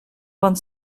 vingt